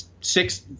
six